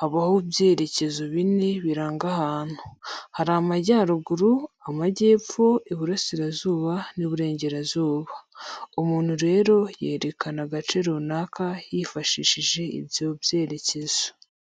habaho ibyerekezo bine biranga ahantu. Hari Amajyaruguru, Amajyepfo, Iburasirazuba n'Iburengerazuba. Umuntu rero yerekana agace runaka yifashishije ibyo byerekezo.